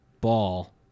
ball